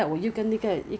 还有 reviews